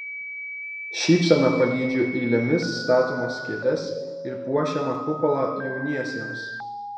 šypsena palydžiu eilėmis statomas kėdes ir puošiamą kupolą jauniesiems